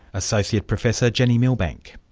associate professor jenni millbank.